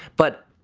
but,